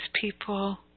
people